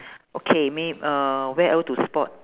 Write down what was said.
okay may~ uh where else to spot